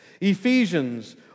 Ephesians